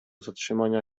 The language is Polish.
zatrzymania